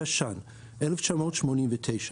התש"ן-1989,